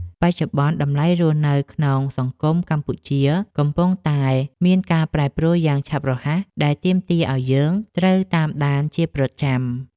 បច្ចុប្បន្ន តម្លៃរស់នៅក្នុងសង្គមកម្ពុជាកំពុងតែមានការប្រែប្រួលយ៉ាងឆាប់រហ័សដែលទាមទារឱ្យយើងត្រូវតាមដានជាប្រចាំ។